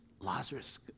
Lazarus